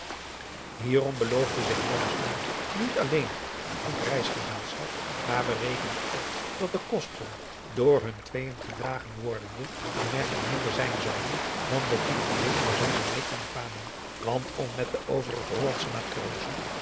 hierom beloofde zich blommesteyn niet alleen een goed reisgezelschap maar berekende ook dat de kosten door hun tweeën gedragen wordende aanmerkelijk minder zijn zouden dan dat die alleen voor zijne rekening kwamen want om met de overige hollandsche matrozen